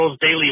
daily